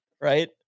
right